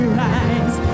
rise